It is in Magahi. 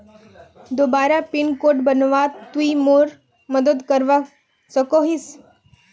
दोबारा पिन कोड बनवात तुई मोर मदद करवा सकोहिस?